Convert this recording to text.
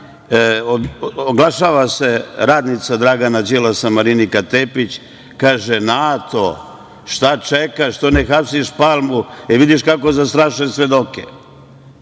oglašava se radnica Dragana Đilasa, Marinika Tepić i kaže Nato, šta čekaš što ne hapsiš Palmu, jel vidiš kako zastrašuje svedoke?